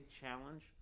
challenge